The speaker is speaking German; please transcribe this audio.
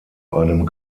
einem